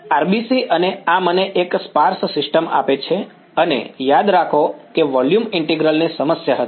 RBC અને આ મને એક સ્પાર્સ સિસ્ટમ આપે છે અને યાદ રાખો કે વોલ્યુમ ઇન્ટિગ્રલ ની સમસ્યા હતી